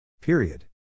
Period